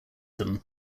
them